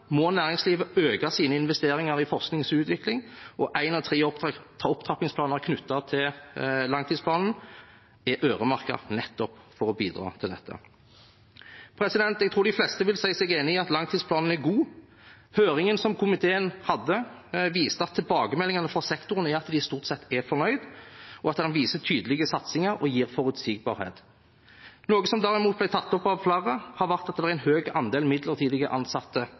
må næringslivet øke sine investeringer i forskning og utvikling, og en av tre opptrappingsplaner knyttet til langtidsplanen er øremerket nettopp for å bidra til dette. Jeg tror de fleste vil si seg enig i at langtidsplanen er god. Høringen som komiteen hadde, viste at tilbakemeldingene fra sektoren er at de stort sett er fornøyd, og at den viser tydelige satsinger og gir forutsigbarhet. Noe som derimot ble tatt opp av flere, er at det har vært en høy andel midlertidige ansatte